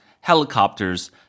helicopters